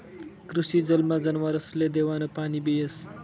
कृषी जलमा जनावरसले देवानं पाणीबी येस